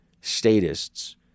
statists